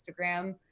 Instagram